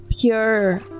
pure